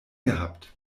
gehabt